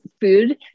food